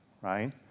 right